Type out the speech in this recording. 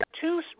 two